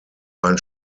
ein